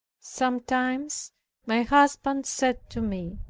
sometimes my husband said to me,